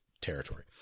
territory